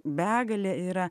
begalė yra